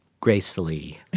gracefully